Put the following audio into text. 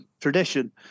tradition